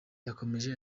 yakomeje